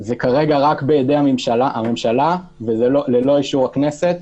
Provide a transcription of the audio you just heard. כרגע זה רק בידי הממשלה וזה ללא אישור הכנסת.